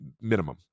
minimum